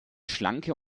schlanke